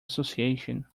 association